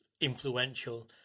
influential